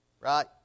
right